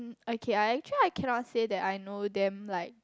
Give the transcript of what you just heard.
okay I actually I cannot say that I know them like